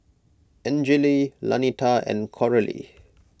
Angele Lanita and Coralie